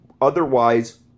otherwise